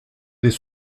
des